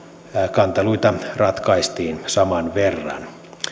kanteluita ratkaistiin saman verran